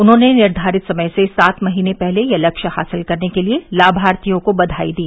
उन्होंने निर्घारित समय से सात महीने पहले यह लक्ष्य हासिल करने के लिए लामार्थियों को बघाई दी